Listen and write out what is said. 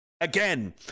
Again